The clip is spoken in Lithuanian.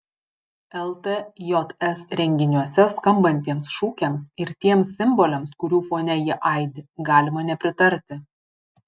ltjs renginiuose skambantiems šūkiams ir tiems simboliams kurių fone jie aidi galima nepritarti